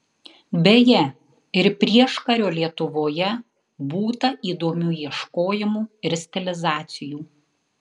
beje ir prieškario lietuvoje būta įdomių ieškojimų ir stilizacijų